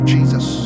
Jesus